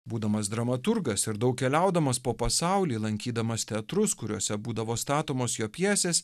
būdamas dramaturgas ir daug keliaudamas po pasaulį lankydamas teatrus kuriuose būdavo statomos jo pjesės